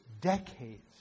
decades